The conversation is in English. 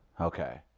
Okay